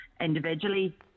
individually